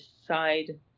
decide